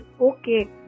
okay